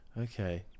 Okay